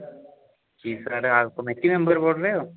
committee member बोल रहे हो